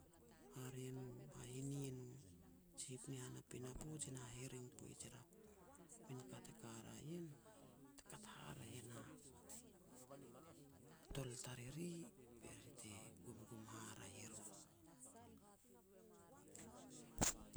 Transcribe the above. Hare nu hahine nu jiip ri han a pinapo jin hahiring poij er a min ka te ka ria ien, te kat hareah na tol tariri be ri te gumgum hareah e ru.